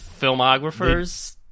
filmographers